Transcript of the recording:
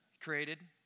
created